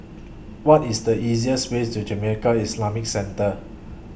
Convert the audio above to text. What IS The easiest Way to Jamiyah Islamic Centre